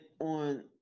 on